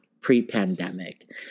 pre-pandemic